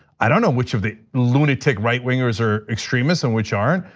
i don't know which of the lunatic right wingers are extremists and which aren't.